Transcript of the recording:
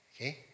Okay